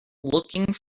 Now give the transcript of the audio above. looking